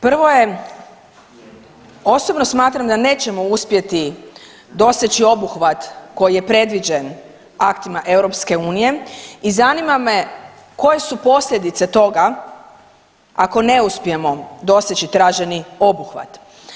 Prvo je, osobno smatram da nećemo uspjeti doseći obuhvat koji je predviđen aktima EU i zanima me koje su posljedice toga ako ne uspijemo doseći traženi obuhvat?